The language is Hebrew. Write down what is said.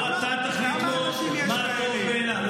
לא אתה תחליט לו מה טוב בעיניו.